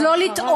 אז לא לטעות.